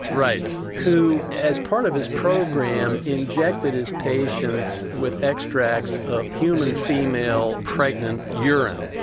right, who as part of his program injected his patients with extracts of human female pregnant urine.